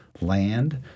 land